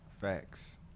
Facts